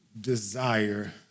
desire